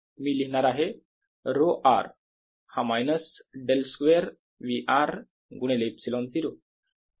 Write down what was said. मी लिहिणार आहे ρ r हा minus del square V r गुणिले ε0